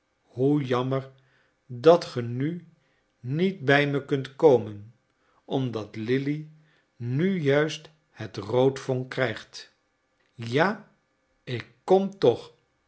hoe jammer dat ge nu niet bij me kunt komen omdat lili nu juist het roodvonk krijgt ja ik kom toch